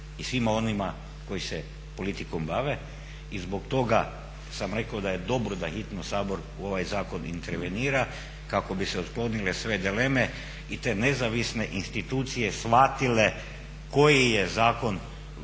i svima onima koji se politikom bave. I zbog toga sam rekao da je dobro da hitno Sabor u ovaj zakon intervenira kako bi se otklonile sve dileme i te nezavisne institucije shvatile koji je zakon važan